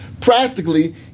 practically